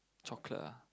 chocolate ah